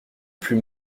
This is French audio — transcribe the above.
plus